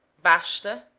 basta,